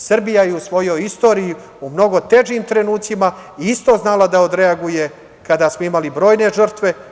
Srbija je i u svojoj istoriji u mnogo težim trenucima isto znala da odreaguje kada smo imali brojne žrtve.